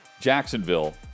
Jacksonville